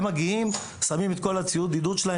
הם מגיעים, שמים את כל ציוד העידוד שלהם.